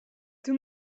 two